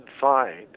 find